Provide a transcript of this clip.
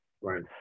Right